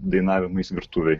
dainavimais virtuvėj